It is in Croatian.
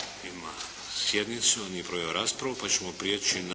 Hvala.